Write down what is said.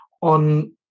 on